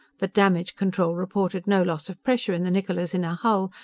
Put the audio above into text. but damage-control reported no loss of pressure in the niccola's inner hull,